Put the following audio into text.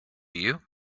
you